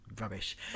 rubbish